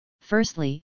Firstly